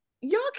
Y'all